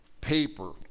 paper